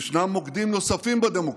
ישנם מוקדים נוספים בדמוקרטיה,